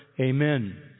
Amen